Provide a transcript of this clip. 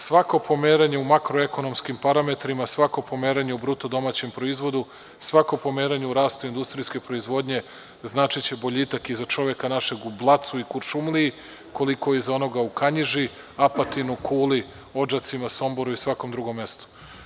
Svako pomeranje u makroekonomskim parametrima, svako pomeranje u BDP, svako pomeranje u rastu industrijske proizvodnje značiće boljitak i za čoveka našeg u Blacu i Kuršumliji, koliko i za onoga u Kanjiži, Apatinu, Kuli, Odžacima, Somboru i svakom drugom mestu.